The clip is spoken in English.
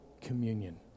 communion